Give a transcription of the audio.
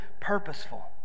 purposeful